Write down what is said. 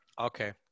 Okay